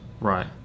Right